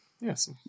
Yes